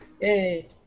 Yay